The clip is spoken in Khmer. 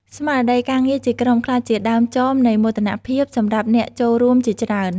ស្មារតីការងារជាក្រុមក្លាយជាដើមចមនៃមោទនភាពសម្រាប់អ្នកចូលរួមជាច្រើន។